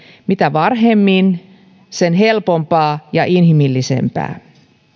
mitä varhemmin sen helpompaa ja inhimillisempää